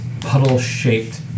puddle-shaped